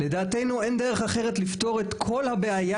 לדעתנו אין דרך אחרת לפתור את כל הבעיה